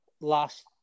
last